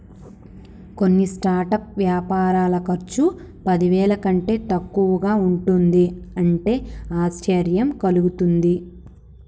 కొన్ని స్టార్టప్ వ్యాపారుల ఖర్చు పదివేల కంటే తక్కువగా ఉంటుంది అంటే ఆశ్చర్యం కలుగుతుంది